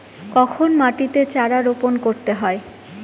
কখন মাটিতে চারা রোপণ করতে হয়?